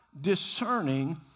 discerning